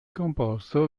composto